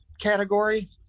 category